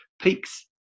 peaks